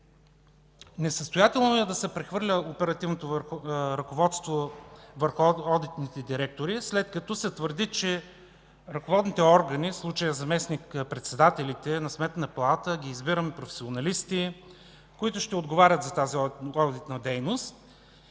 Несъстоятелно е да се прехвърля оперативното ръководство върху одитните директори, след като се твърди, че ръководните органи, в случая – заместник-председателите на Сметната палата, които избираме, са професионалисти, които ще отговарят за тази одитна дейност.